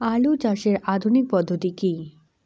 আলু চাষের আধুনিক পদ্ধতি কি?